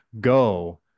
go